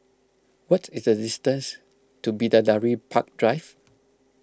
what is the distance to Bidadari Park Drive